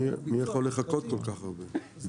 מי יכול לחכות כל כך הרבה זמן.